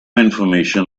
information